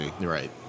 Right